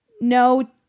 no